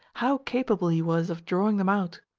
how capable he was of drawing them out!